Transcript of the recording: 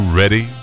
ready